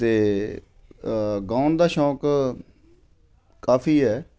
ਅਤੇ ਗਾਉਣ ਦਾ ਸ਼ੌਂਕ ਕਾਫੀ ਹੈ